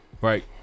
right